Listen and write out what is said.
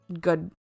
good